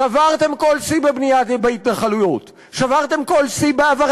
שברתם כל שיא בבנייה בהתנחלויות,